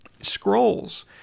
scrolls